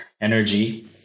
energy